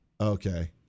Okay